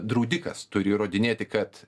draudikas turi įrodinėti kad